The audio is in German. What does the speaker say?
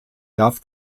darf